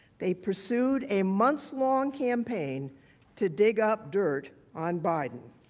they pursued a months long campaign to dig up dirt on biden.